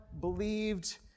believed